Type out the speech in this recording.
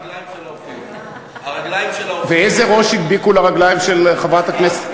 הרגליים שלה הופיעו, הרגליים שלה הופיעו.